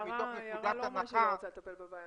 אני חייבת לומר שיערה לא אמרה שהיא לא רוצה לטפל בבעיה.